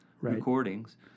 recordings